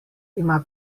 ima